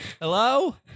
Hello